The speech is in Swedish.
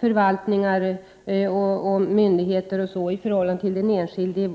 förvaltningars och myndigheters ämbetsutövande i förhållande till den enskilde.